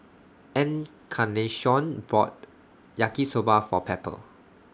Encarnacion bought Yaki Soba For Pepper